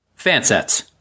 Fansets